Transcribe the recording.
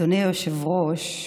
אדוני היושב-ראש,